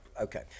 Okay